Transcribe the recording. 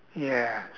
yes